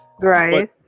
Right